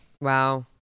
wow